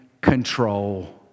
control